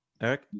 eric